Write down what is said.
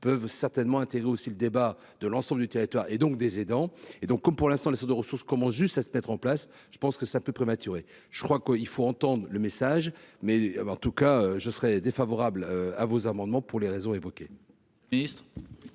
peuvent certainement intello si le débat de l'ensemble du territoire et donc des aidants, et donc pour l'instant les de ressources commence juste à se mettre en place, je pense que c'est un peu prématuré, je crois qu'il faut entendre le message, mais avant tout cas je serai défavorable à vos amendements pour les raisons évoquées.